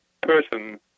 person